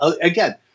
again